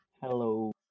Hello